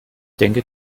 denke